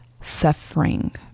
suffering